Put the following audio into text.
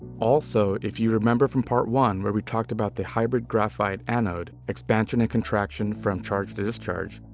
also, if you remember from part one where we talked about the hybrid graphite anode expansion and contraction from charged to discharged,